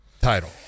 title